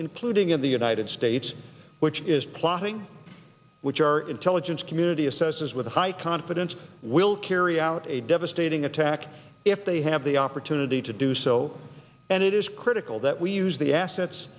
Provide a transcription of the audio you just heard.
including in the united states which is plotting which our intelligence community assesses with high confidence will carry out a devastating attack if they have the opportunity to do so and it is critical that we use the assets